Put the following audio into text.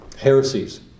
heresies